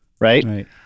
Right